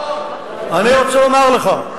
אני רוצה לומר לך,